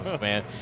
man